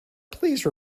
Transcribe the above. please